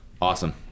awesome